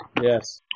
Yes